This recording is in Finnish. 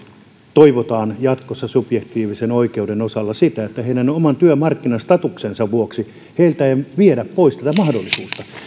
toivotaan jatkossa subjektiivisen oikeuden osalta sitä että vanhempien oman työmarkkinastatuksen vuoksi heiltä ei viedä pois tätä